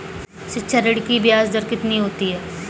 शिक्षा ऋण की ब्याज दर कितनी होती है?